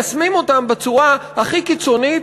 אבל גם מיישמים אותם בצורה הכי קיצונית,